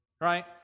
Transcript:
Right